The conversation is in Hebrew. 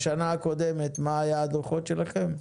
בשנה הקודמת מה היה כתוב בדוחות שלכם?